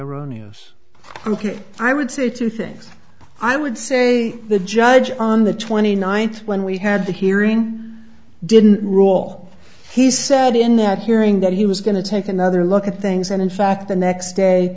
erroneous ok i would say two things i would say the judge on the twenty ninth when we had the hearing didn't rule he said in that hearing that he was going to take another look at things and in fact the next day